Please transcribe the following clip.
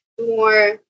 more